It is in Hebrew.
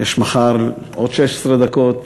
יש מחר עוד 16 דקות.